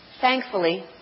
Thankfully